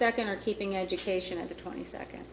second or keeping education of the twenty second